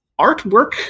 artwork